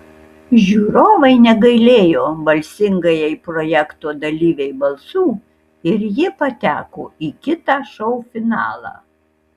žiūrovai negailėjo balsingajai projekto dalyvei balsų ir ji pateko į kitą šou finalą